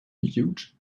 huge